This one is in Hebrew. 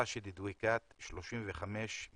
ראשד דויכאת, בן 35 מיפו,